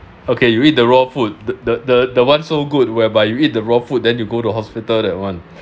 okay you eat the raw food the the the the one so good whereby you eat the raw food then you go to hospital that one